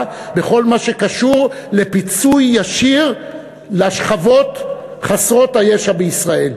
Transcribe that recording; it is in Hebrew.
בכל מה שקשור לפיצוי ישיר לשכבות חסרות הישע בישראל.